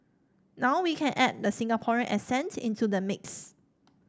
now we can add the Singaporean accent into the mix